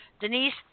Denise